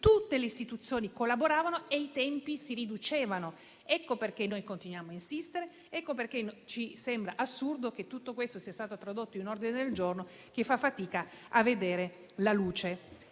tutte le istituzioni collaboravano e i tempi si riducevano. Ecco perché continuiamo a insistere. Ecco perché ci sembra assurdo che tutto questo sia stato tradotto in un ordine del giorno che fa fatica a vedere la luce.